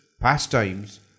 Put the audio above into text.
pastimes